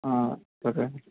సరే అండి